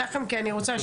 מייצג